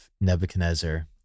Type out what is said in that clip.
Nebuchadnezzar